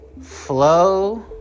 flow